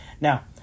Now